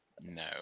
No